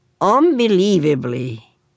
Unbelievably